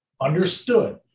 Understood